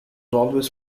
always